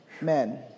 men